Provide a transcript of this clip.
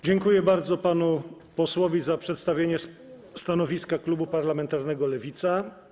Dziękuję bardzo panu posłowi za przedstawienie stanowiska klubu parlamentarnego Lewica.